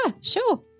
sure